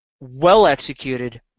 well-executed